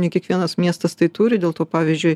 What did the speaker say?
ne kiekvienas miestas tai turi dėl to pavyzdžiui